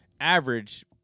average